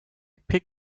pig